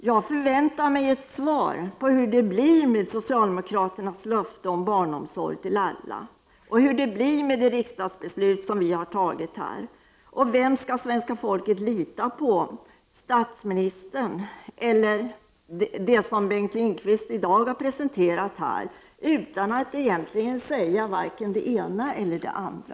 Jag förväntar mig ett svar av Bengt Lindqvist på hur det blir med socialdemokraternas löfte om barnomsorg till alla och hur det blir med riksdagens beslut som vi har fattat. Vad skall svenska folket lita på, det som statsminstern har sagt eller det som Bengt Lindqvist har presenterat här i dag utan att egentligen säga vare sig det ena eller det andra?